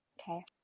Okay